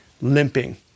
limping